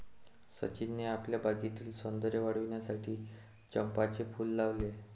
सचिनने आपल्या बागेतील सौंदर्य वाढविण्यासाठी चंपाचे फूल लावले